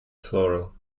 floral